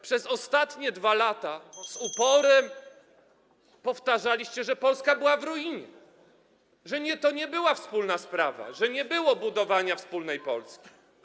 Przez ostatnie 2 lata z uporem powtarzaliście, że Polska była w ruinie, że to nie była wspólna sprawa, że nie było budowania wspólnej Polski.